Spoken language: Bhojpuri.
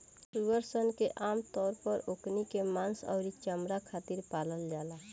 सूअर सन के आमतौर पर ओकनी के मांस अउरी चमणा खातिर पालल जाला